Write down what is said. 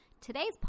Today's